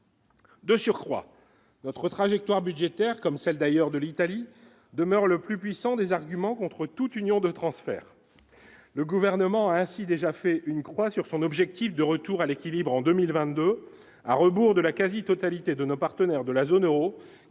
De surcroît, notre trajectoire budgétaire comme celle d'ailleurs de l'Italie demeure le plus puissant des arguments contre toute union de transferts, le gouvernement a ainsi déjà fait une croix sur son objectif de retour à l'équilibre en 2022, à rebours de la quasi-totalité de nos partenaires de la zone Euro